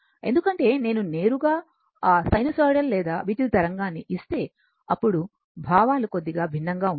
ఎందుకంటే నేను నేరుగా ఆ సైనూసోయిడల్ లేదా విద్యుత్ తరంగాన్ని ఇస్తే అప్పుడు భావాలు కొద్దిగా భిన్నంగా ఉంటాయి